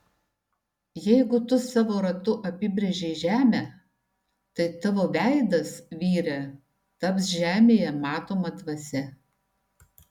jeigu tu savo ratu apibrėžei žemę tai tavo veidas vyre taps žemėje matoma dvasia